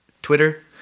Twitter